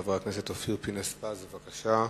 חבר הכנסת אופיר פינס-פז, בבקשה.